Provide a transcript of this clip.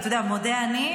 אתה יודע, "מודה אני",